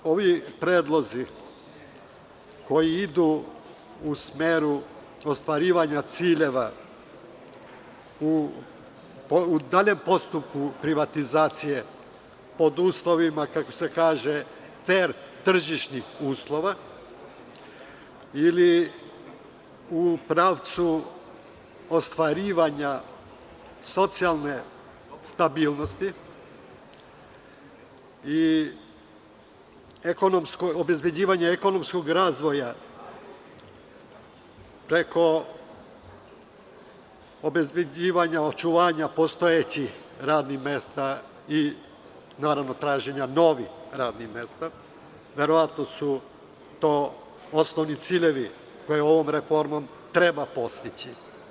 Ovi predlozi koji idu u smeru ostvarivanja ciljeva u daljem postupku privatizacije, pod uslovima, kako se kaže, fer tržišnim uslovima ili u pravcu ostvarivanja socijalne stabilnosti i obezbeđivanje ekonomskog razvoja preko obezbeđivanja očuvanja postojećih radnih mesta i naravno traženja novih radnih mesta, verovatno su to osnovni ciljevi koje ovom reformom treba postići.